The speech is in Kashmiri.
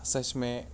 سۄ چھِ مےٚ